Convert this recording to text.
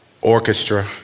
orchestra